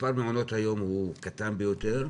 בחברה הערבית, מספר מעונות היום הוא קטן ביותר,